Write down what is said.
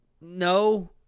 no